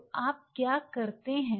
तो आप क्या करते हो